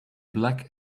black